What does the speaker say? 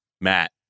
Matt